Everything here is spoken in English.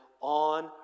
on